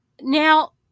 Now